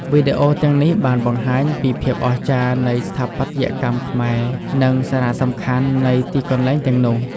វីដេអូទាំងនេះបានបង្ហាញពីភាពអស្ចារ្យនៃស្ថាបត្យកម្មខ្មែរ និងសារៈសំខាន់នៃទីកន្លែងទាំងនោះ។